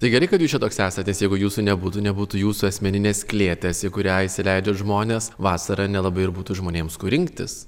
tai gerai kad jūs čia toks esat nes jeigu jūsų nebūtų nebūtų jūsų asmeninės klėties į kurią įsileidžiat žmones vasarą nelabai ir būtų žmonėms kur rinktis